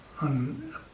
on